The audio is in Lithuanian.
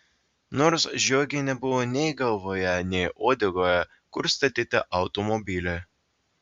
nors žiogei nebuvo nei galvoje nei uodegoje kur statyti automobilį